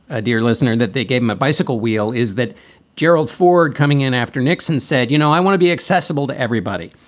ah dear listener, that they gave him a bicycle wheel is that gerald ford coming in after nixon said, you know, i want to be accessible to everybody.